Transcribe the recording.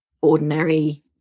ordinary